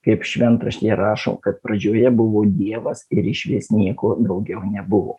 kaip šventraštyje rašo kad pradžioje buvo dievas ir išvis nieko daugiau nebuvo